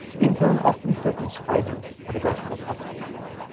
in turn often circumscribing pedagogical possibilities.